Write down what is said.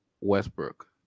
Westbrook